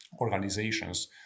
organizations